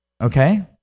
okay